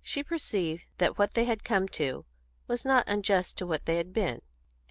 she perceived that what they had come to was not unjust to what they had been